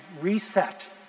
reset